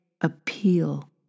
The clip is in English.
appeal